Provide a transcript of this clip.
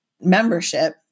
membership